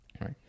Right